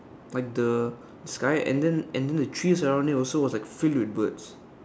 like the sky and then and then the trees around it also was like filled with birds